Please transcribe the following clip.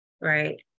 right